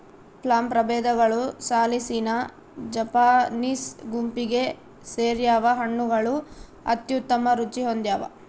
plum ಪ್ರಭೇದಗಳು ಸಾಲಿಸಿನಾ Japanese ಗುಂಪಿಗೆ ಸೇರ್ಯಾವ ಹಣ್ಣುಗಳು ಅತ್ಯುತ್ತಮ ರುಚಿ ಹೊಂದ್ಯಾವ